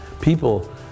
People